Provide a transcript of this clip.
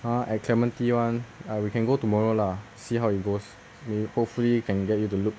!huh! at clementi [one] ah we can go tomorrow lah see how it goes may hopefully you can get you to look